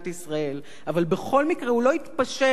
אבל בכל מקרה הוא לא התפשר על העקרונות